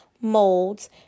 molds